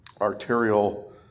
arterial